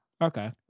Okay